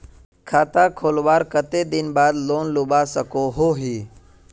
खाता खोलवार कते दिन बाद लोन लुबा सकोहो ही?